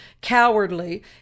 cowardly